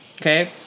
okay